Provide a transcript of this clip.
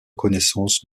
connaissance